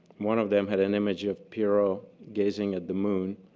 one of them had an image of pierrot gazing at the moon,